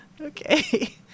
Okay